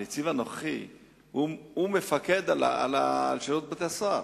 הנציב הנוכחי מפקד על שירות בתי-הסוהר,